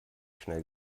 schnell